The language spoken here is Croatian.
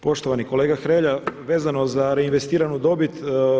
Poštovani kolega Hrelja, vezano za reinvestiranu dobit.